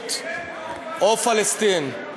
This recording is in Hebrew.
ריבונות או פלסטין.